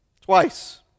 Twice